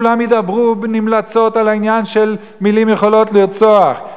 כולם ידברו נמלצות על העניין של "מלים יכולות לרצוח".